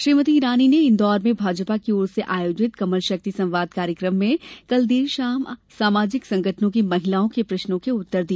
श्रीमती ईरानी ने इंदौर में भाजपा की ओर से आयोजित कमल शक्ति संवाद कार्यक्रम में कल देर शाम सामाजिक संगठनों की महिलाओं के प्रश्नों का उत्तर दिया